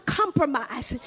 compromise